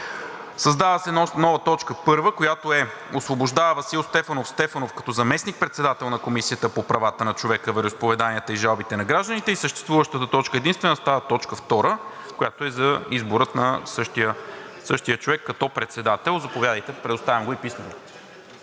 Създава се нова точка първа, която е: „Освобождава Васил Стефанов Стефанов, като заместник-председател на Комисията по правата на човека, вероизповеданията и жалбите на гражданите“ и съществуващата точка единствена става т. 2, която е за избора на същия човек като председател. Заповядайте, предоставям го и писмено.